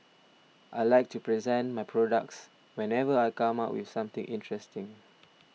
I like to present my products whenever I come up with something interesting